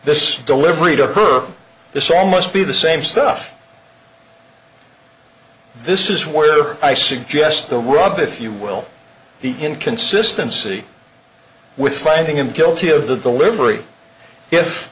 this delivery to her this one must be the same stuff this is where i suggest the rub if you will the inconsistency with finding him guilty of the delivery